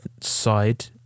side